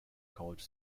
college